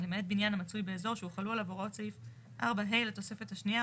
למעט בניין המצוי באזור שהוחלו עליו הוראות סעיף 4(ה) לתוספת השנייה,